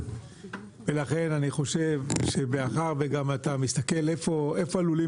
ולכן אני חושב שמאחר וגם אתה מסתכל איפה הלולים